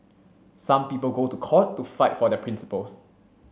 some people go to court to fight for their principles